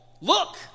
look